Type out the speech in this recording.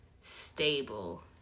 stable